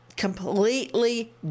Completely